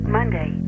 Monday